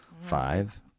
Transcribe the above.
five